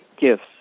gifts